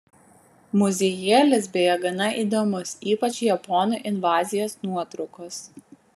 muziejėlis beje gana įdomus ypač japonų invazijos nuotraukos